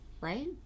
Right